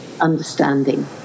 understanding